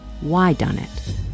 why-done-it